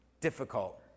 difficult